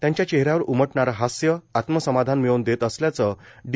त्यांच्या चेहऱ्यावर उमटणारं हास्य आत्मसमाधान मिळवून देत असल्याचं डी